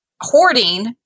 hoarding